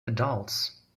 adults